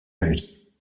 nuit